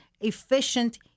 efficient